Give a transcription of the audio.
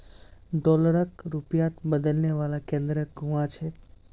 डॉलरक रुपयात बदलने वाला केंद्र कुहाँ छेक